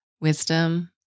wisdom